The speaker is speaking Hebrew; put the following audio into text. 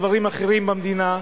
דברים אחרים במדינה,